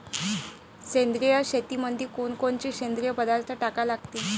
सेंद्रिय शेतीमंदी कोनकोनचे सेंद्रिय पदार्थ टाका लागतीन?